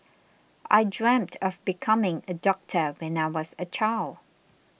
I dreamt of becoming a doctor when I was a child